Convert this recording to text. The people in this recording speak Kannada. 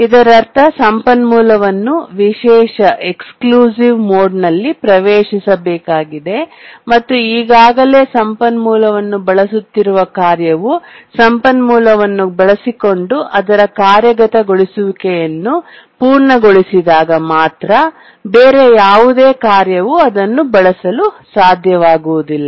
ಇದರರ್ಥ ಸಂಪನ್ಮೂಲವನ್ನು ವಿಶೇಷ ಎಕ್ಸ್ಕ್ಲೂಸಿವ್ ಮೋಡ್ನಲ್ಲಿ ಪ್ರವೇಶಿಸಬೇಕಾಗಿದೆ ಮತ್ತು ಈಗಾಗಲೇ ಸಂಪನ್ಮೂಲವನ್ನು ಬಳಸುತ್ತಿರುವ ಕಾರ್ಯವು ಸಂಪನ್ಮೂಲವನ್ನು ಬಳಸಿಕೊಂಡು ಅದರ ಕಾರ್ಯಗತಗೊಳಿಸುವಿಕೆಯನ್ನು ಪೂರ್ಣಗೊಳಿಸಿದಾಗ ಮಾತ್ರ ಬೇರೆ ಯಾವುದೇ ಕಾರ್ಯವು ಅದನ್ನು ಬಳಸಲು ಸಾಧ್ಯವಾಗುವುದಿಲ್ಲ